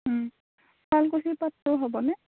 শুৱালকুচি পাটটো হ'বনে